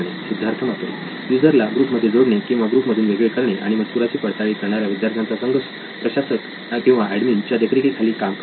Siddharth Maturi user ला group मध्ये जोडणे किंवा ग्रुप मधून वेगळे करणे आणि मजकुराची पडताळणी करणाऱ्या विद्यार्थ्यांचा संघ सुद्धा प्रशासक किंवा एडमिन च्या देखरेखीखाली काम करेल